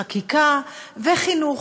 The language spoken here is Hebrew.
חקיקה וחינוך.